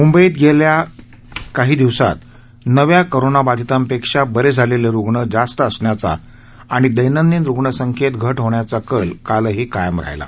मुंबईत गेल्या काही दिवस नव्या कोरोनाबाधितांपेक्षा बरे झालेले रुग्ण जास्त असण्याचा आणि दैनंदिन रुग्णसंख्येत घ होण्याचा कल कालही कायम राहिला